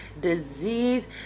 disease